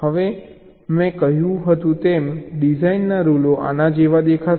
હવે મેં કહ્યું તેમ ડિઝાઇનના રૂલો આના જેવા દેખાશે